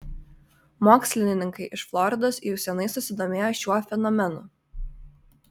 mokslininkai iš floridos jau seniai susidomėjo šiuo fenomenu